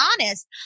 honest